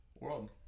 world